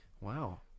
Wow